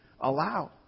allow